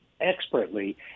expertly